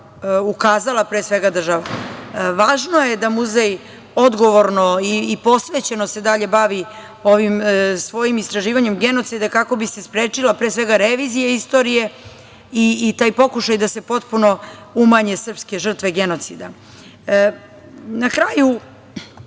ukazala država. Važno je da muzej odgovorno i posvećeno se dalje bavi ovim svojim istraživanjem genocida, kako bi se sprečila revizija istorija i taj pokušaj da se potpuno umanje srpske žrtve genocida. Na kraju,